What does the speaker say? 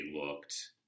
looked